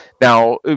Now